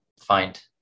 find